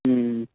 হুম